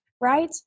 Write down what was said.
right